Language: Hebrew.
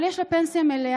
אבל יש לה פנסיה מלאה,